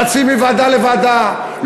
רצים מוועדה לוועדה,